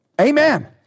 Amen